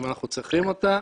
אם אנחנו צריכים אותה,